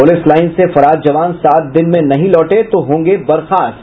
police line से फरार जवान सात दिन में नहीं लौटे तो होंगे बर्खास्त